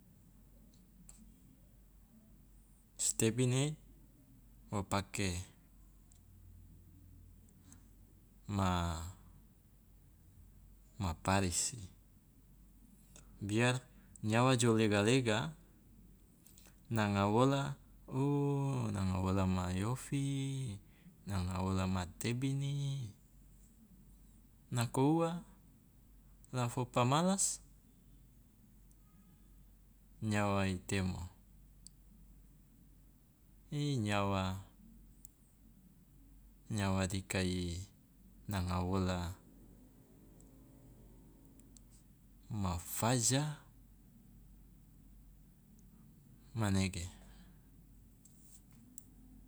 Si tebini wo pake ma ma parisi, biar nyawa jo lega lega nanga wola o nanga wola ma ofi, nanga wola ma tebini, nako ua la fo pamalas, nyawa i temo i nyawa nyawa dika i nanga wola ma faja. Manege.